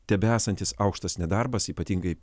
tebesantis aukštas nedarbas ypatingai